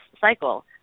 cycle